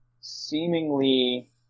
seemingly